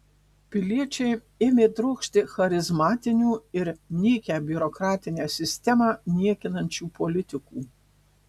piliečiai ėmė trokšti charizmatinių ir nykią biurokratinę sistemą niekinančių politikų